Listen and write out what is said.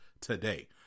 today